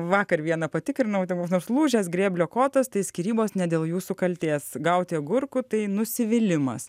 vakar vieną patikrinau ten koks nors lūžęs grėblio kotas tai skyrybos ne dėl jūsų kaltės gauti agurkų tai nusivylimas